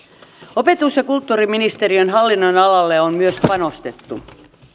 opetus ja kulttuuriministeriön hallinnonalalle on myös panostettu